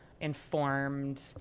informed